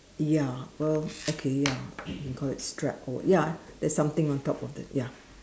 ya well okay ya you can call it strap or what ya there's something on top of the ya